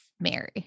Mary